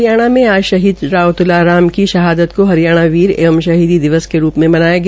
हरियाणा में आज शहीद तुलाराम की शहादत को हरियाणा में वीर एवं शहीदी दिवस के रूप में मनाया गया